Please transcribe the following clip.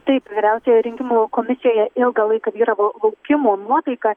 taip vyriausiojoje rinkimų komisijoje ilgą laiką vyravo laukimo nuotaika